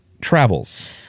travels